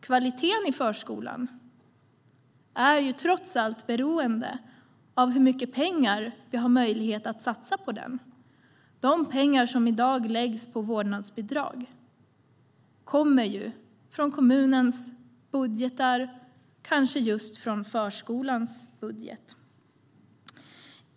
Kvaliteten i förskolan är trots allt beroende av hur mycket pengar vi har möjlighet att satsa på den. De pengar som i dag läggs på vårdnadsbidrag kommer från kommunens budgetar och kanske just från förskolans budget.